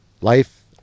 life